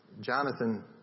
Jonathan